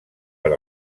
per